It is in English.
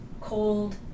cold